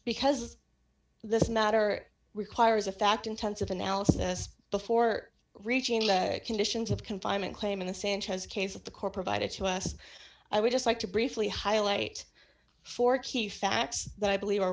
because this matter requires a fact intensive analysis before reaching the conditions of confinement claim in the sanchez case of the corps provided to us i would just like to briefly highlight four key facts that i believe